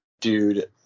dude